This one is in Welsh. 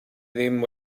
ddim